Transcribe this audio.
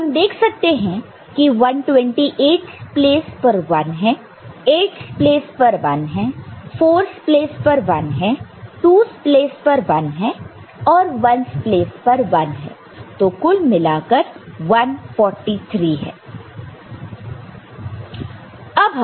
हम देख सकते हैं की 128's प्लेस पर 1 है 8 प्लेस पर 1 है 4's प्लेस पर 1 है 2's प्लेस पर 1 है और 1's प्लेस पर 1 है तो कुल मिलाकर 143 है